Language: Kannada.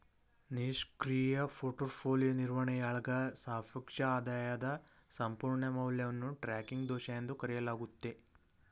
ನಿಷ್ಕ್ರಿಯ ಪೋರ್ಟ್ಫೋಲಿಯೋ ನಿರ್ವಹಣೆಯಾಳ್ಗ ಸಾಪೇಕ್ಷ ಆದಾಯದ ಸಂಪೂರ್ಣ ಮೌಲ್ಯವನ್ನು ಟ್ರ್ಯಾಕಿಂಗ್ ದೋಷ ಎಂದು ಕರೆಯಲಾಗುತ್ತೆ